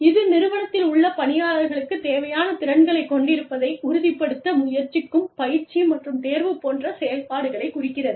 இது நிறுவனத்தில் உள்ள பணியாளர்களுக்குத் தேவையான திறன்களைக் கொண்டிருப்பதை உறுதிப்படுத்த முயற்சிக்கும் பயிற்சி மற்றும் தேர்வு போன்ற செயல்பாடுகளைக் குறிக்கிறது